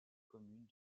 communes